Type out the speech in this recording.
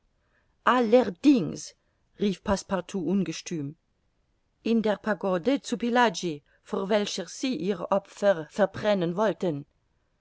allerdings rief passepartout ungestüm in der pagode zu pillaji vor welcher sie ihr opfer verbrennen wollten